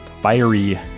fiery